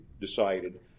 decided